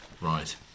right